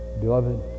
beloved